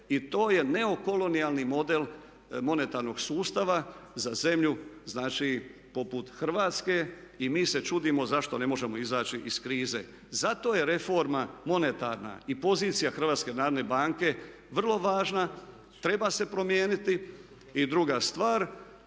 i to je neokolonijalni model monetarnog sustava za zemlju, znači poput Hrvatske i mi se čudimo zašto ne možemo izaći iz krize. Zato je reforma monetarna i pozicija Hrvatske narodne banke vrlo važna, treba se promijeniti. I druga stvar